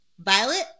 Violet